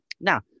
now